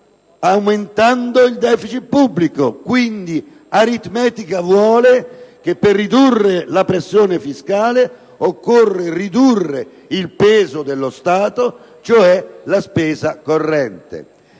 aumentando il deficit pubblico. Quindi, aritmetica vuole che per ridurre la pressione fiscale occorre ridurre il peso dello Stato, cioè la spesa corrente.